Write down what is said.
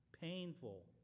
painful